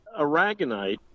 aragonite